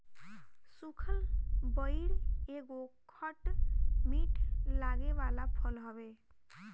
सुखल बइर एगो खट मीठ लागे वाला फल हवे